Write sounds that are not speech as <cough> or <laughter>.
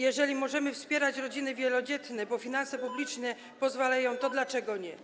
Jeżeli możemy wspierać rodziny wielodzietne, bo finanse publiczne <noise> pozwalają, to dlaczego nie?